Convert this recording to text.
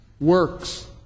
Works